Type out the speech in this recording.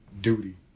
duty